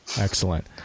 Excellent